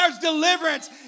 deliverance